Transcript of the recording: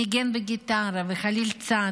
ניגן בגיטרה ובחליל צד.